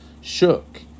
shook